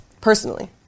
personally